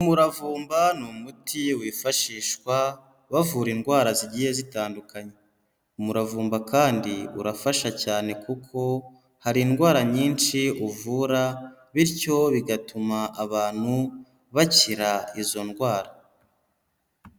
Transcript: Umuravumba ni umuti wifashishwa bavura indwara zigiye zitandukanye, umuravumba kandi urafasha cyane kuko hari indwara nyinshi uvura bityo bigatuma abantu bakira izo ndwara.